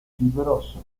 fibroso